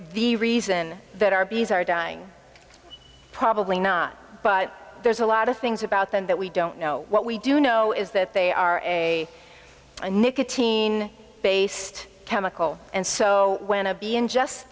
the reason that our bees are dying probably not but there's a lot of things about them that we don't know what we do know is that they are a nicotine based chemical and so when a bee in just